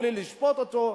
בלי לשפוט אותו,